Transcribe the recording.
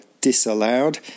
disallowed